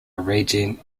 arranging